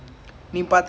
oh